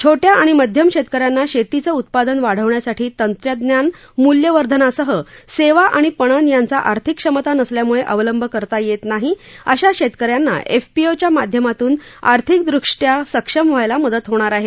छोट्या आणि मध्यम शेतकऱ्यांना शेतीचं उत्पा न वाढवण्यासाठी तंत्रज्ञान मूल्यवर्धनासह सेवा आणि पणन यांचा आर्थिक क्षमता नसल्यामुळे अवलंब करता येत नाही अशा शेतकऱ्यांना एफपीओच्या माध्यमातून आर्थिक दृष्ट्या सक्षम व्हायला म त होणार आहे